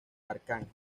arcángel